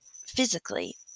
physically